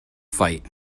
fight